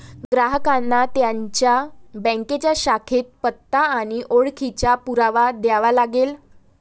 ग्राहकांना त्यांच्या बँकेच्या शाखेत पत्ता आणि ओळखीचा पुरावा द्यावा लागेल